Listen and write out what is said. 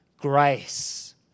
grace